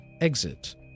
exit